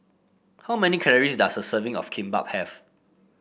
how many calories does a serving of Kimbap have